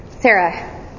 Sarah